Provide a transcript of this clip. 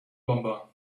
bomber